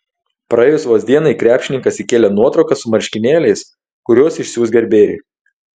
praėjus vos dienai krepšininkas įkėlė nuotrauką su marškinėliais kuriuos išsiųs gerbėjui